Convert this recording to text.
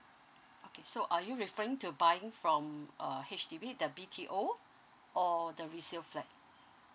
okay so are you referring to buying from a H_D_B the B_T_O or the resale flat